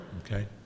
Okay